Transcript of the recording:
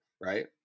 right